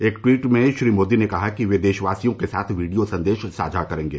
एक ट्वीट में श्री मोदी ने कहा कि वे देशवासियों के साथ एक वीडियो संदेश साझा करेंगे